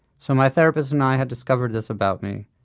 so my therapist and i had discovered this about me,